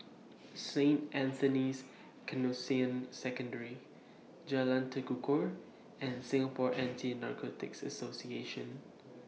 Saint Anthony's Canossian Secondary Jalan Tekukor and Singapore Anti Narcotics Association